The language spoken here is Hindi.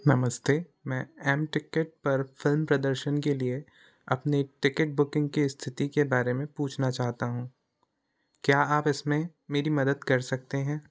नमस्ते मैं एम टिकेट पर फ़िल्म प्रदर्शन के लिए अपनी टिकट बुकिंग की स्थिति के बारे में पूछना चाहता हूँ क्या आप इसमें मेरी मदद कर सकते हैं